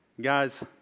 Guys